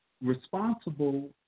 responsible